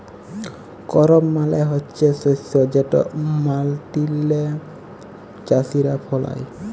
করপ মালে হছে শস্য যেট মাটিল্লে চাষীরা ফলায়